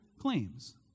claims